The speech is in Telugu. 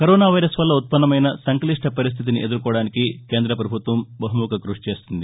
కరోనా వైరస్ వల్ల ఉత్పన్నమైన సంక్షిప్ణ పరిస్టితిని ఎదుర్కోవడానికి కేంద్ర ప్రభుత్వం బహుముఖ కృషి చేసింది